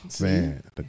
Man